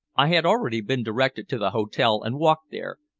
i had already been directed to the hotel, and walked there,